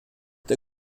der